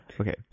Okay